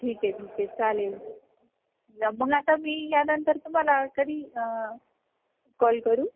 ठीक आहे ठीक आहे चालेल ल मग आता मी यानंतर तुम्हाला कधी कॉल करू